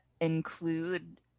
include